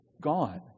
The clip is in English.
gone